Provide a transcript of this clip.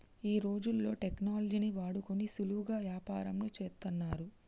ఈ రోజుల్లో టెక్నాలజీని వాడుకొని సులువుగా యాపారంను చేత్తన్నారు